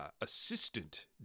Assistant